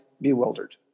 bewildered